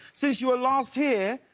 since you were last here,